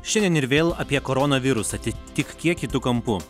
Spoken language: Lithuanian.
šiandien ir vėl apie koronavirusą tik tik kiek kitu kampu